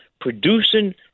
producing